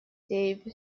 davison